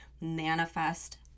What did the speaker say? manifest